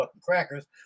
crackers